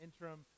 interim